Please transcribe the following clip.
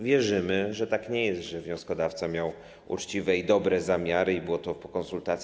Wierzymy, że tak nie jest, że wnioskodawca miał uczciwe i dobre zamiary i było to po konsultacji.